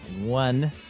one